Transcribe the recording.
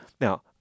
Now